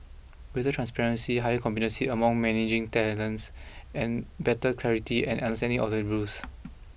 greater transparency higher competency among managing and better clarity and understanding of the rules